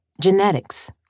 genetics